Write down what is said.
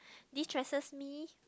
destresses me